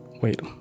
Wait